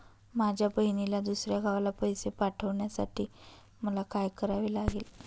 माझ्या बहिणीला दुसऱ्या गावाला पैसे पाठवण्यासाठी मला काय करावे लागेल?